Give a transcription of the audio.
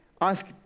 ask